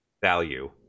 value